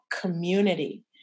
community